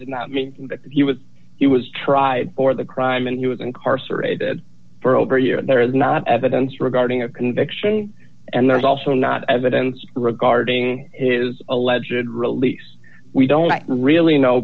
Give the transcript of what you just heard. did not mean that he was he was tried for the crime and he was incarcerated for over a year and there is not evidence regarding a conviction and there's also not evidence regarding is a legend release we don't really know